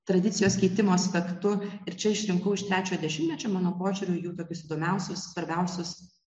tradicijos keitimo aspektu ir čia išrinkau iš trečio dešimtmečio mano požiūriu jų tokius įdomiausius svarbiausius